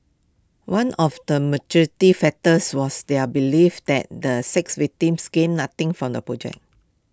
one of the maturative factors was their belief that the six victims gained nothing from the project